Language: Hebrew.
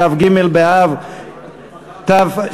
כ"ג באב תשע"ג,